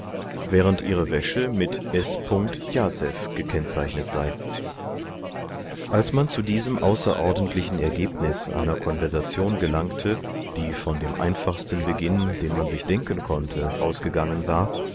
während ihre wäsche mit s jazeph gezeichnet sei als man zu diesem außerordentlichen ergebnis einer konversation gelangte die von dem einfachsten beginn den man ich denken konnte ausgegangen war